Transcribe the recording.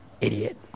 idiot